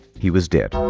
he was dead.